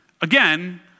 Again